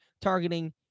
targeting